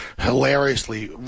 hilariously